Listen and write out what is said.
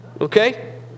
okay